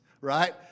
right